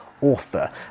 author